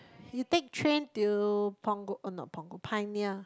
you take train till Punggol oh not Punggol Pioneer